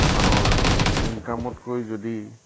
দোকানৰ ইনকামতকৈ যদি